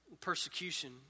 persecution